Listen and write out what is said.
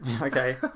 Okay